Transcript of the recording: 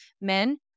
men